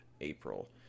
April